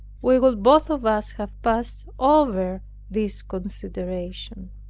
we would both of us have passed over these considerations.